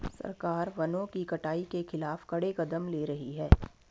सरकार वनों की कटाई के खिलाफ कड़े कदम ले रही है